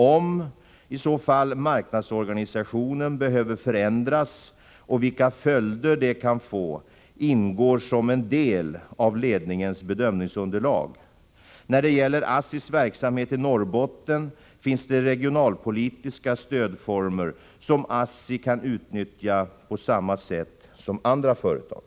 Om iså fall marknadsorganisationen behöver ändras och vilka följder det kan få, ingår som en del i ledningens bedömningsunderlag. När det gäller ASSI:s verksamhet i Norrbotten finns det regionalpolitiska stödformer som ASSI kan utnyttja på samma sätt som andra företag.